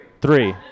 Three